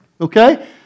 Okay